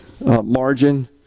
margin